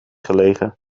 gelegen